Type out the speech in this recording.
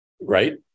right